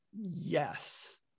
Yes